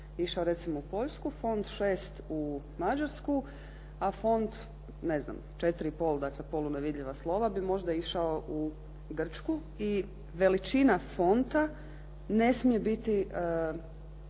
išao recimo u Poljsku, font 6 u Mađarsku, a font ne znam 4 i pol, dakle polu nevidljiva slova bi možda išao u Grčku i veličina fonta ne smije biti